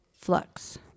flux